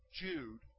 Jude